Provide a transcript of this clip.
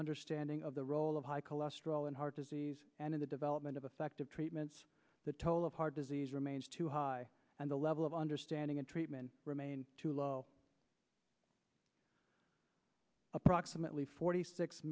understanding of the role of high cholesterol and heart disease and in the development of effective treatments the toll of heart disease remains too high and the level of understanding and treatment remain approximately forty six